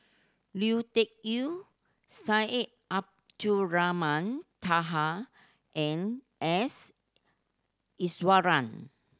Lui Tuck Yew Syed Abdulrahman Taha and S Iswaran